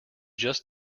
just